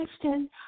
question